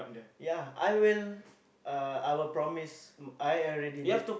ya I will uh I will promise I already did